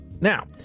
Now